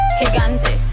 gigante